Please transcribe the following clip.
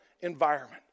environment